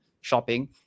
shopping